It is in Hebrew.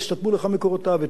ותהיה חייב להפעיל,